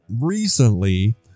Recently